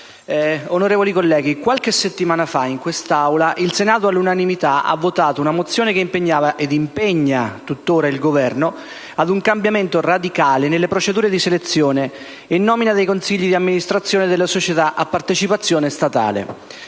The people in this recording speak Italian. onorevoli colleghi, qualche settimana fa in quest'Aula il Senato all'unanimità ha votato una mozione che impegnava, e impegna tuttora, il Governo ad un cambiamento radicale nelle procedure di selezione e nomina dei consigli d'amministrazione delle società a partecipazione statale.